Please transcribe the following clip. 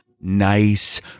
nice